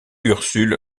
ursule